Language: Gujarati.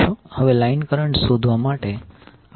હવે લાઈન કરંટ શોધવા માટે આપણે શું કરવાનું છે